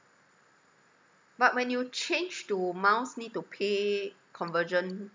but when you change to amounts need to pay conversion